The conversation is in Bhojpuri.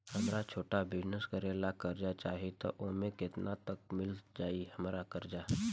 हमरा छोटा बिजनेस करे ला कर्जा चाहि त ओमे केतना तक मिल जायी हमरा कर्जा?